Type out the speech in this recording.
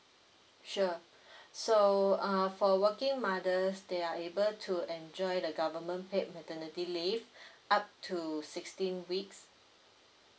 sure so uh for working mothers they are able to enjoy the government paid maternity leave up to sixteen weeks